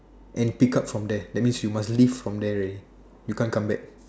and pick up from there that means you must live from there already you can't come back